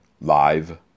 Live